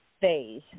phase